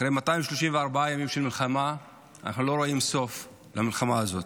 אחרי 234 ימים של מלחמה אנחנו לא רואים סוף למלחמה הזאת.